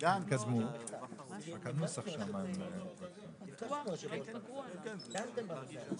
נשמע מה אומר רם בן ברק.